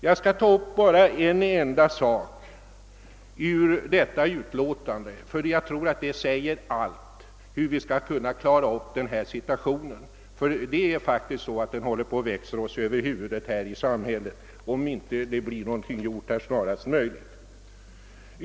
Jag skall ta upp en enda sak ur detta utlåtande, därför att jag tror att det säger allt om hur vi skall kunna klara upp den situation trafikpolitiken råkat in i. Det är faktiskt så, att den håller på att växa oss över huvudet, om inte något blir gjort snarast möjligt.